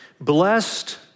blessed